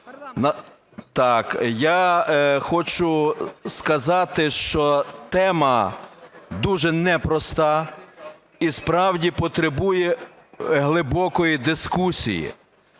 Так, я хочу сказати, що тема дуже непроста і справді потребує глибокої дискусії.